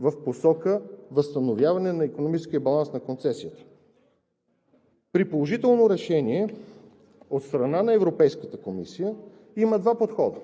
в посока възстановяване на икономическия баланс на концесията. При положително решение от страна на Европейската комисия има два подхода.